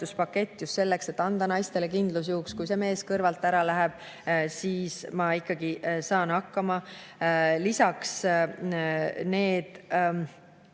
just selleks, et anda naistele kindlus, juhuks kui mees kõrvalt ära läheb, et siis ta ikkagi saab hakkama. Lisaks